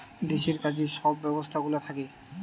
দেশের কাজে যে সব ব্যবস্থাগুলা থাকে